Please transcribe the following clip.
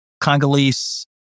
Congolese